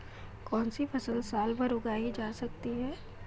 कौनसी फसल साल भर उगाई जा सकती है?